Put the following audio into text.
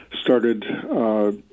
started